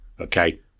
Okay